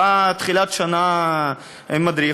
בא בתחילת השנה מדריך,